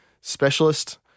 specialist